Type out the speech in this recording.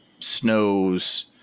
Snows